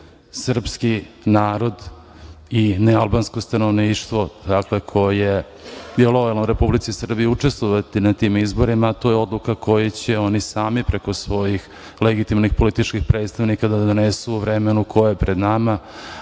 srpski narod i nealbansko stanovništvo koje je lojalno Republici Srbiji učestvovati na tim izborima, to je odluka koju će oni sami preko svojih legitimnih političkih predstavnika da donesu u vremenu koje je pred nama,